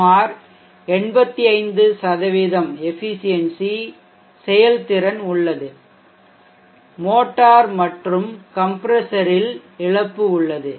சுமார் 85 எஃபிசியென்சி செயல்திறன் உள்ளது மோட்டார் மற்றும் கம்ப்ரசரில் இழப்பு உள்ளது